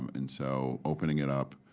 um and so, opening it up